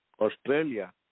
Australia